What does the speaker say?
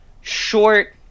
short